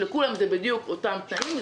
שאצל כולן יש בדיוק אותם תנאים,